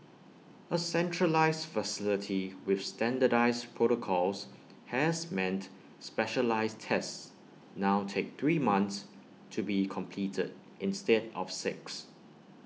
A centralised facility with standardised protocols has meant specialised tests now take three months to be completed instead of six